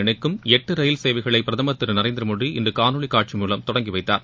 இணைக்கும் எட்டு ரயில் சேவைகளை பிரதம் திரு நரேந்திர மோடி இன்று காணொலி காட்சி மூலம் தொடங்கிவைத்தார்